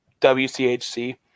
WCHC